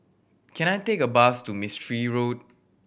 can I take a bus to Mistri Road